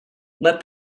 let